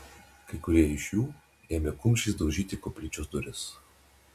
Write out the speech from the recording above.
kai kurie iš jų ėmė kumščiais daužyti koplyčios duris